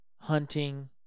hunting